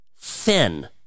thin